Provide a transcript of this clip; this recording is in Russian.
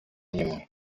нему